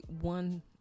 one